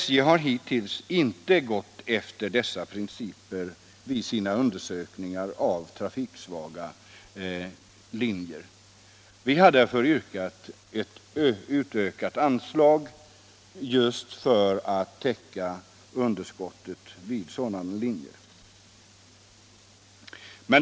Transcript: SJ har hittills inte gått efter dessa principer vid sina undersökningar av trafiksvaga linjer. Vi har därför begärt ett utökat anslag just för att täcka underskottet vid sådana linjer.